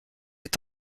est